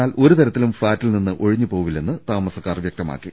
എന്നാൽ ഒരു തരത്തിലും ഫ്ളാറ്റിൽ നിന്ന് ഒഴിഞ്ഞുപോകില്ലെന്ന് താമസക്കാർ വ്യക്തമാക്കി